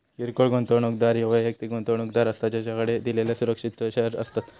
किरकोळ गुंतवणूकदार ह्यो वैयक्तिक गुंतवणूकदार असता ज्याकडे दिलेल्यो सुरक्षिततेचो शेअर्स असतत